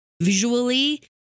visually